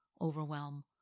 overwhelm